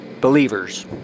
believers